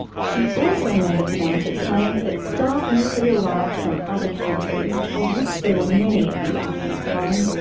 she also made a point of saying that staff newly arrived from other countries, of which there were many at the arcare home,